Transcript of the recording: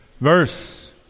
verse